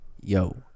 Yo